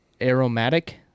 aromatic